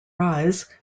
arise